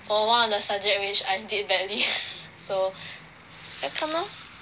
for one of the subject which I did badly so 要看 lor